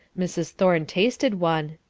mrs. thorne tasted one,